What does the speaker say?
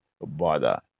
bother